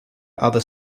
other